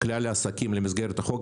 כלל העסקים למסגרת החוק.